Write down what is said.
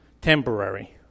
temporary